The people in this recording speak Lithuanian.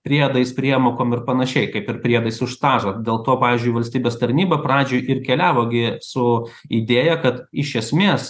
priedais priemokom ir panašiai kaip ir priedais už stažą dėl to pavyzdžiui valstybės tarnyba pradžioj ir keliavo gi su idėja kad iš esmės